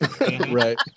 right